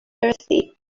dorothy